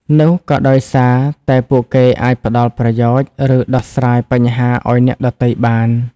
នោះក៏ដោយសារតែពួកគេអាចផ្តល់ប្រយោជន៍ ឬដោះស្រាយបញ្ហាឱ្យអ្នកដទៃបាន។